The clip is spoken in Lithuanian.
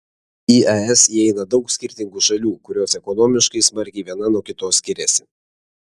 į es įeina daug skirtingų šalių kurios ekonomiškai smarkiai viena nuo kitos skiriasi